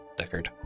Deckard